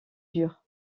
durs